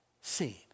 Seen